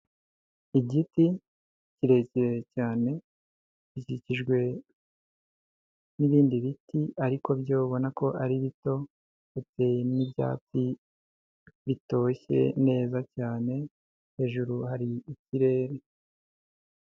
Igiti kirekire cyane gikikijwe n'ibindi biti ariko byo ubona ko ari bito bitewe n'ibyatsi bitoshye neza cyane, hejuru hari ikirere.